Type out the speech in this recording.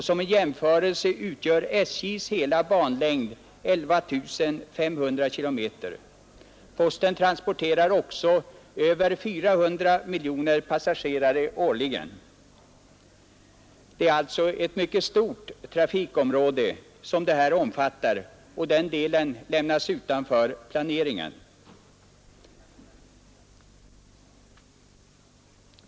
Som jämförelse kan nämnas att SJ:s hela banlängd utgör 11 500 kilometer. Posten transporterar också över 4 miljoner passagerare årligen. Det är alltså ett mycket stort trafikområde som omfattas, och den delen lämnas utanför planeringen.